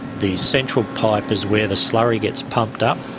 the central pipe is where the slurry gets pumped up.